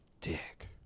dick